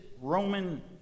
Roman